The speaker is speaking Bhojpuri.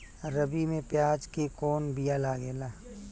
रबी में प्याज के कौन बीया लागेला?